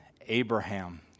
Abraham